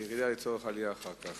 זו ירידה לצורך עלייה אחר כך.